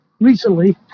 recently